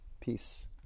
peace